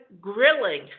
grilling